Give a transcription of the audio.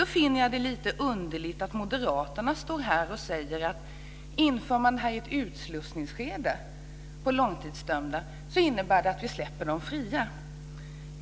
Då finner jag det lite underligt att moderaterna här säger att inför man det här i ett utslussningsskede för långtidsdömda innebär det att vi släpper dem fria.